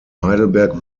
heidelberg